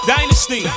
Dynasty